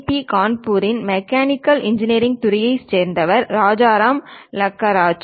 D கரக்பூரின் mechanical engineering துறையைச் சேர்ந்தவர் ராஜராம் லக்கராஜு